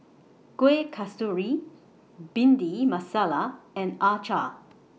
Kueh Kasturi Bhindi Masala and Acar